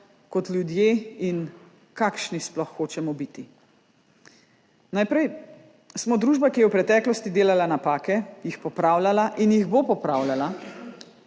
kot ljudje in kakšni sploh hočemo biti. Najprej, smo družba, ki je v preteklosti delala napake, jih popravljala in jih bo popravljala,